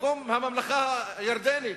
במקום הממלכה הירדנית.